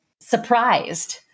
surprised